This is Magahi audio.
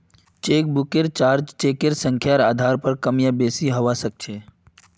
चेकबुकेर चार्ज चेकेर संख्यार आधार पर कम या बेसि हवा सक्छे